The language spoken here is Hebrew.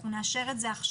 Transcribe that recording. אנחנו נאשר את זה עכשיו